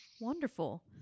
Wonderful